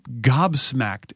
gobsmacked